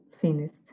finished